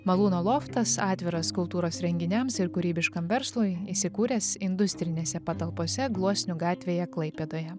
malūno loftas atviras kultūros renginiams ir kūrybiškam verslui įsikūręs industrinėse patalpose gluosnių gatvėje klaipėdoje